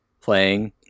playing